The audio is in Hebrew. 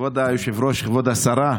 כבוד היושב-ראש, כבוד השרה,